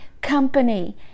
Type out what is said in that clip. company